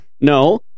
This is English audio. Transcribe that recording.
No